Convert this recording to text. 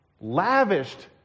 lavished